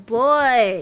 boy